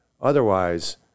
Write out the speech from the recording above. Otherwise